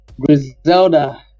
Griselda